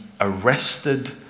arrested